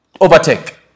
overtake